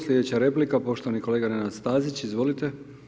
Slijedeća replika poštovani kolega Nenad Stazić, izvolite.